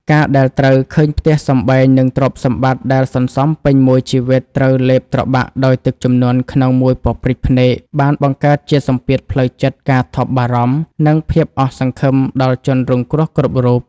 ការដែលត្រូវឃើញផ្ទះសម្បែង និងទ្រព្យសម្បត្តិដែលសន្សំពេញមួយជីវិត ត្រូវលេបត្របាក់ដោយទឹកជំនន់ក្នុងមួយប៉ព្រិចភ្នែក បានបង្កើតជាសម្ពាធផ្លូវចិត្ត ការថប់បារម្ភ និងភាពអស់សង្ឃឹមដល់ជនរងគ្រោះគ្រប់រូប។